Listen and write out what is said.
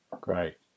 Great